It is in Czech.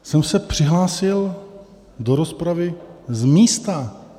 Tak jsem se přihlásil do rozpravy z místa.